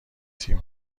تیم